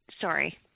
Sorry